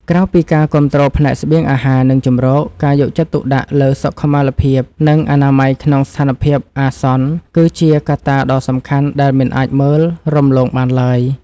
ក្រៅពីការគាំទ្រផ្នែកស្បៀងអាហារ និងជម្រក ការយកចិត្តទុកដាក់លើសុខុមាលភាព និងអនាម័យក្នុងស្ថានភាពអាសន្ន គឺជាកត្តាដ៏សំខាន់ដែលមិនអាចមើលរំលងបានឡើយ។